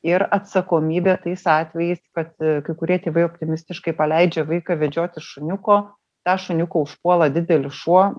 ir atsakomybė tais atvejais vat kai kurie tėvai optimistiškai paleidžia vaiką vedžioti šuniuko tą šuniuką užpuola didelis šuo